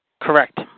Correct